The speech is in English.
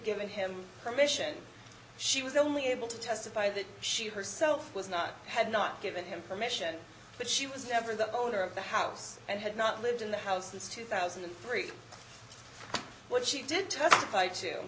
given him permission she was only able to testify that she herself was not had not given him permission but she was never the owner of the house and had not lived in the house since two thousand and three what she did testify to